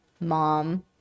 mom